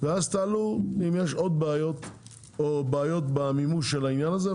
ואז תעלו אם יש עוד בעיות או בעיות במימוש של העניין הזה,